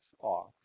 off